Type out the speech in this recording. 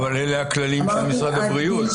אבל אלה הכללים של משרד הבריאות.